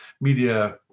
media